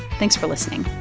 thanks for listening